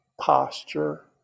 posture